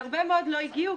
והרבה מאוד לא הגיעו,